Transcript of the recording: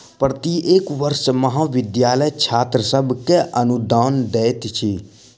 प्रत्येक वर्ष महाविद्यालय छात्र सभ के अनुदान दैत अछि